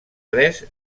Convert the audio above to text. tres